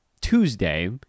Tuesday